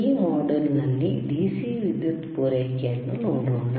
ಈ ಮಾಡ್ಯೂಲ್ನಲ್ಲಿ DC ವಿದ್ಯುತ್ ಪೂರೈಕೆಯನ್ನು ನೋಡೋಣ